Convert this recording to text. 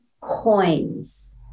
coins